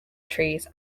trees